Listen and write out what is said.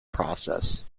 process